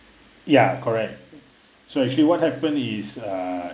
ya correct so actually what happen is uh